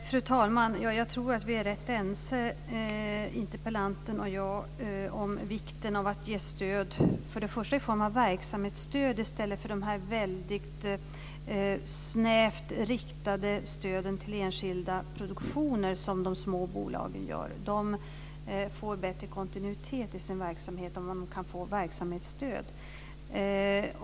Fru talman! Jag tror att vi är rätt ense, interpellanten och jag, om vikten av att ge stöd. Det gäller först och främst i form av verksamhetsstöd i stället för de väldigt snävt riktade stöden till enskilda produktioner som de små bolagen gör. De får bättre kontinuitet i sin verksamhet om de kan få verksamhetsstöd.